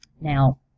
Now